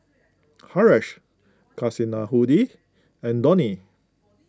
Haresh Kasinadhuni and Dhoni